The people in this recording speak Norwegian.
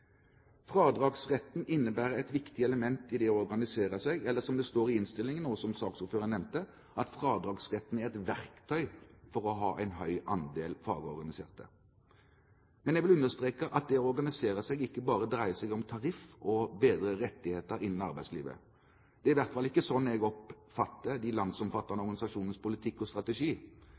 Fradragsretten innebærer et viktig element i det å organisere seg eller, som det står i innstillingen, og som saksordføreren nevnte, at fradragsretten er et verktøy for å ha en høy andel fagorganiserte. Men jeg vil understreke at det å organisere seg ikke bare dreier seg om tariff og bedre rettigheter innen arbeidslivet. Det er i hvert fall ikke sånn jeg oppfatter de landsomfattende organisasjoners politikk og strategi.